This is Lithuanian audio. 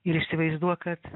ir įsivaizduok kad